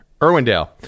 Irwindale